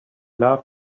love